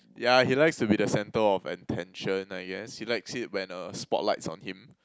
yeah he likes to be the center of attention I guess he likes it when the spotlight's on him